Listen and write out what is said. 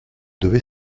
devait